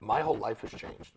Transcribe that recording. my whole life has changed